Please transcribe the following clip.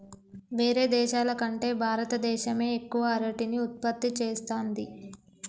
వేరే దేశాల కంటే భారత దేశమే ఎక్కువ అరటిని ఉత్పత్తి చేస్తంది